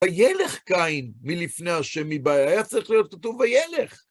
וילך קין מלפני השם מבעיא, היה צריך להיות כתוב וילך?